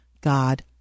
God